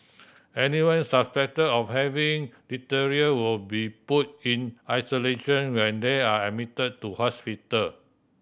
anyone suspected of having diphtheria will be put in isolation when they are admitted to hospital